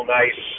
nice